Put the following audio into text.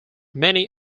many